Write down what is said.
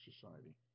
Society